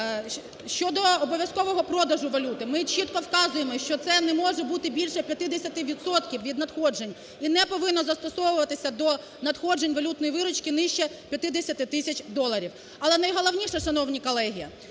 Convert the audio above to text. Щодо обов'язкового продажу валюти ми чітко вказуємо, що це не може бути більше 50 відсотків від надходжень, і не повинно застосовуватися до надходжень валютної виручки нижче 50 тисяч доларів. Але найголовніше, шановні колеги,